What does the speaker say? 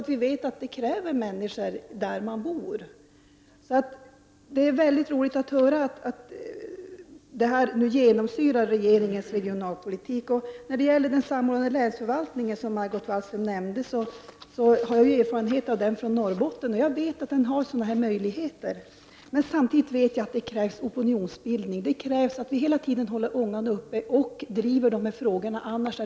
Det är något som människor kräver på de ställen där de bor. Det är roligt att höra att det är detta som nu genomsyrar regeringens regionalpolitik. Margot Wallström nämnde den samordnade länsförvaltningen. Jag har erfarenhet av den från Norrbotten, och jag vet att den inrymmer sådana möjligheter som statsrådet framhöll. Samtidigt vet jag att det krävs opinionsbildning, att vi hela tiden håller ångan uppe och driver dessa frågor.